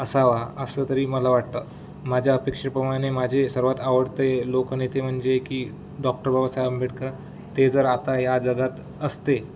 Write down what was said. असावा असं तरी मला वाटतं माझ्या अपेक्षे प्रमाणे माझे सर्वात आवडते लोक नेते म्हणजे की डॉक्टर बाबासाहेब आंबेडकर ते जर आता या जगात असते